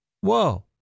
Whoa